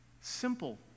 simple